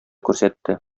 күрсәтте